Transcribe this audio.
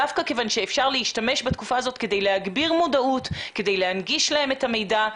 דווקא בתקופה הזאת אפשר להגביר מודעות ולהנגיש להם את המידע.